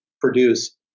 produce